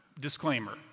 Disclaimer